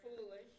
foolish